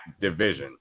division